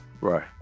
Right